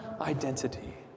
identity